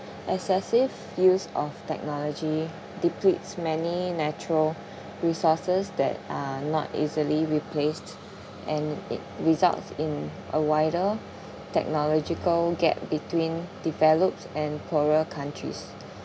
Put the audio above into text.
excessive use of technology depletes many natural resources that are not easily replaced and it results in a wider technological gap between developed and poorer countries